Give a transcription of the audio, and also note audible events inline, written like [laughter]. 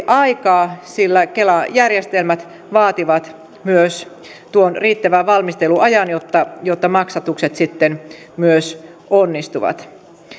[unintelligible] aikaa täytäntöönpanoon sillä kela järjestelmät vaativat myös tuon riittävän valmisteluajan jotta jotta maksatukset sitten myös onnistuvat